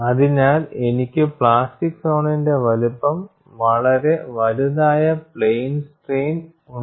അതിനാൽ എനിക്ക് പ്ലാസ്റ്റിക് സോണിന്റെ വലുപ്പം വളരെ വലുതായ പ്ലെയിൻ സ്ട്രെയിൻ ഉണ്ട്